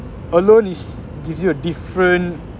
alone is gives you a different